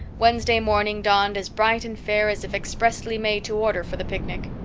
wednesday morning dawned as bright and fair as if expressly made to order for the picnic.